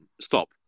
Stop